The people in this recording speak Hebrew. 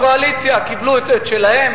הקואליציה קיבלה את שלה,